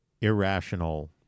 irrational